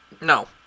No